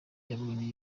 yabonye